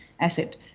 asset